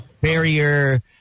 barrier